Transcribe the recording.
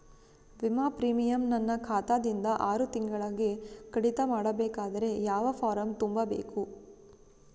ವಿಮಾ ಪ್ರೀಮಿಯಂ ನನ್ನ ಖಾತಾ ದಿಂದ ಆರು ತಿಂಗಳಗೆ ಕಡಿತ ಮಾಡಬೇಕಾದರೆ ಯಾವ ಫಾರಂ ತುಂಬಬೇಕು?